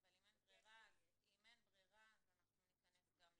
אם אין ברירה אז אנחנו ניכנס גם לזה.